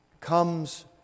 comes